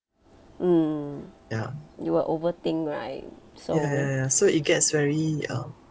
mm you will overthink right so